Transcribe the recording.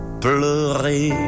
pleurer